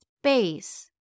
space